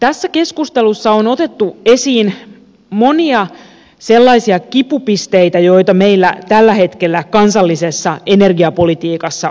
tässä keskustelussa on otettu esiin monia sellaisia kipupisteitä joita meillä tällä hetkellä kansallisessa energiapolitiikassa on